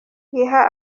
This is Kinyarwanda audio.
iha